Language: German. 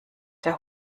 der